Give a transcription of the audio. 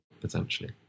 potentially